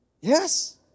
Yes